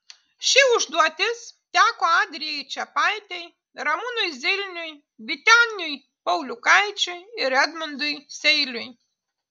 ši užduotis teko adrijai čepaitei ramūnui zilniui vyteniui pauliukaičiui ir edmundui seiliui